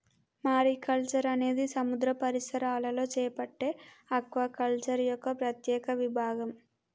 mariculture అనేది సముద్ర పరిసరాలలో చేపట్టే ఆక్వాకల్చర్ యొక్క ప్రత్యేక విభాగం